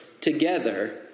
together